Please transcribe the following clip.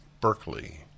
Berkeley